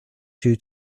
due